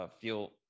feel